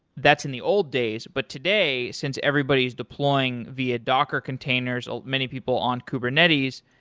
that's in the old days. but today, since everybody is deploying via docker containers, many people on kubernetes,